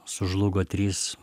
sužlugo trys